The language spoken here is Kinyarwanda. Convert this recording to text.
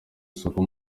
isoko